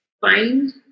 Find